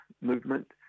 movement